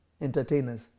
entertainers